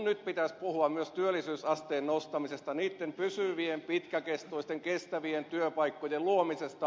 nyt pitäisi puhua myös työllisyysasteen nostamisesta niitten pysyvien pitkäkestoisten kestävien työpaikkojen luomisesta